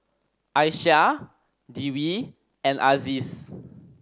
Aisyah Dwi and Aziz